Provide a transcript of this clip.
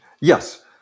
Yes